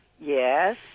Yes